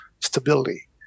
stability